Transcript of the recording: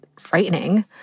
frightening